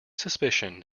suspicion